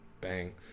Bang